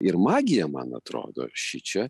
ir magija man atrodo šičia